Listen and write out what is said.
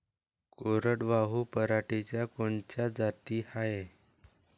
कोरडवाहू पराटीच्या कोनच्या जाती हाये?